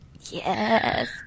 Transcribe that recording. Yes